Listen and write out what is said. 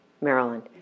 Maryland